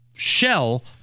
Shell